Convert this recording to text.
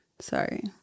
Sorry